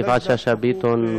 יפעת שאשא ביטון,